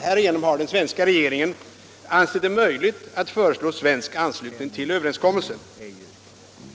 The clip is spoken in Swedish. Härigenom har den svenska regeringen ansett det möjligt att föreslå en svensk anslutning till överenskommelsen.